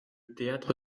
théâtre